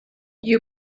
you